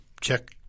check